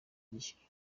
yishyura